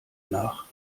nach